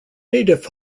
native